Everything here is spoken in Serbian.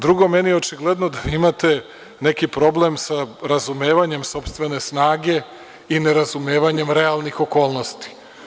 Drugo, meni je očigledno da imate neki problem sa razumevanjem sopstvene snage i nerazumevanjem realnih okolnosti.